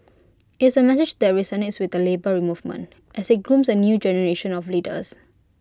it's A message that resonates with the Labour Movement as IT grooms A new generation of leaders